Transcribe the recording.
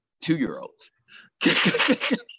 two-year-olds